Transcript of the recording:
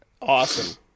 Awesome